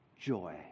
joy